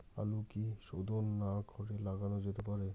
আলু কি শোধন না করে লাগানো যেতে পারে?